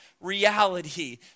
reality